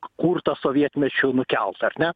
kurtą sovietmečiu nukelt ar ne